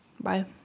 Bye